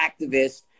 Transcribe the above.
activist